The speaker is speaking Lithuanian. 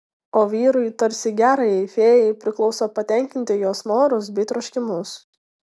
o vyrui tarsi gerajai fėjai priklauso patenkinti jos norus bei troškimus